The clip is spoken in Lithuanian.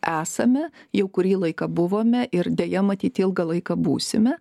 esame jau kurį laiką buvome ir deja matyt ilgą laiką būsime